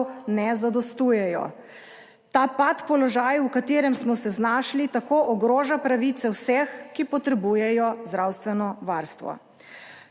ne zadostujejo. Ta pat položaj, v katerem smo se znašli, tako ogroža pravice vseh, ki potrebujejo zdravstveno varstvo.